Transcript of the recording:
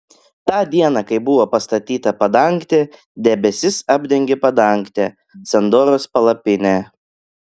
tą dieną kai buvo pastatyta padangtė debesis apdengė padangtę sandoros palapinę